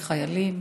בחיילים.